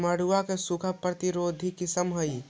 मड़ुआ के सूखा प्रतिरोधी किस्म हई?